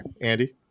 Andy